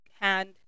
hand